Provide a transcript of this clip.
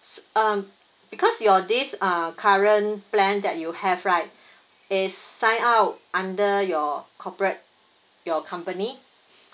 s~ um because your this uh current plan that you have right is sign out under your corporate your company